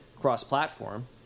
cross-platform